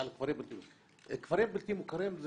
כפרים בלתי מוכרים,